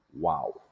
Wow